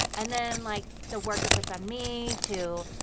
and then, like, the work it puts on me to,